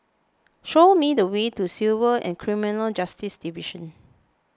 show me the way to Civil and Criminal Justice Division